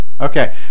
okay